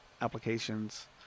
applications